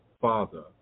father